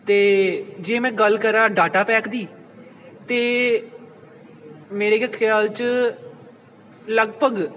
ਅਤੇ ਜੇ ਮੈਂ ਗੱਲ ਕਰਾਂ ਡਾਟਾ ਪੈਕ ਦੀ ਤਾਂ ਮੇਰੇ ਕ ਖਿਆਲ 'ਚ ਲਗਭਗ